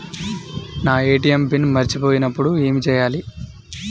నా ATM pin మరచిపోయినప్పుడు ఏమి చేయాలి?